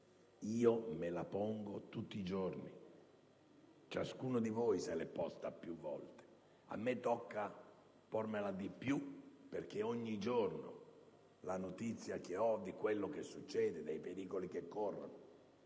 io me la pongo tutti i giorni. Ciascuno di voi se l'è posta più volte; a me tocca pormela di più, perché ogni giorno ho notizia di quello che succede, dei pericoli che corrono